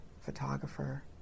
photographer